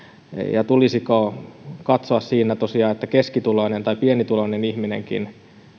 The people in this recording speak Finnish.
ja tulisiko katsoa tosiaan että keskituloinen tai pienituloinen ihminenkin